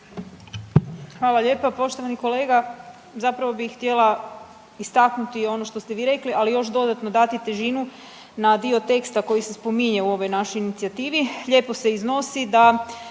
Hvala lijepa. Poštovani kolega, zapravo bi htjela istaknuti ono što ste vi rekli, ali još dodatno dati težinu na dio teksta koji se spominje u ovoj našoj inicijativi, lijepo se iznosi da